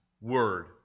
word